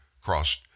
crossed